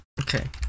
Okay